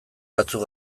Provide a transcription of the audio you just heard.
batzuk